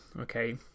Okay